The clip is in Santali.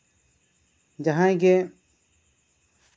ᱡᱟᱦᱟᱸᱭ ᱜᱮ